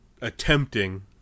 attempting